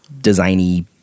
designy